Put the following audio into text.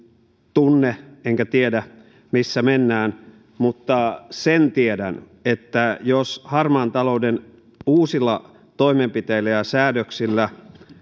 tunne enkä tiedä missä mennään mutta sen tiedän että jos harmaan talouden uusilla toimenpiteillä ja ja säädöksillä